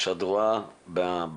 מה שאת רואה בנתב"ג,